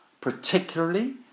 particularly